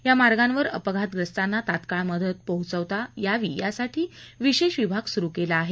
या मार्गावर अपघातप्रस्तांना तात्काळ मदत पोहोचवता यासाठी विशेष विभाग सुरू केला आहे